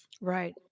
Right